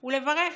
הוא לברך,